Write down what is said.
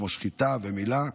כמו שחיטה ומילה,